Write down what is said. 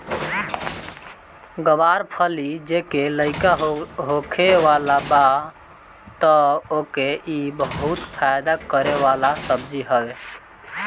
ग्वार फली जेके लईका होखे वाला बा तअ ओके इ बहुते फायदा करे वाला सब्जी हवे